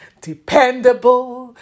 Dependable